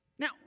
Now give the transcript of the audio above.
Now